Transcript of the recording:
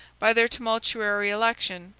by their tumultuary election,